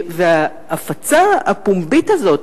ההפצה הפומבית הזאת,